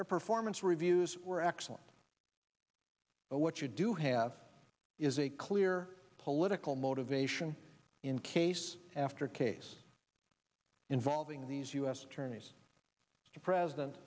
their performance reviews were excellent but what you do have is a clear political motivation in case after case involving these u s attorneys the president